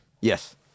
yes